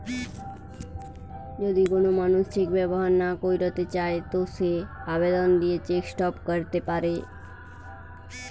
যদি কোন মানুষ চেক ব্যবহার না কইরতে চায় তো সে আবেদন দিয়ে চেক স্টপ ক্যরতে পারে